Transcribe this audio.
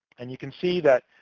and you can see that